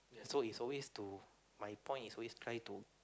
so it's always to my point is always try to